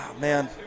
man